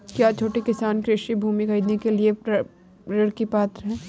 क्या छोटे किसान कृषि भूमि खरीदने के लिए ऋण के पात्र हैं?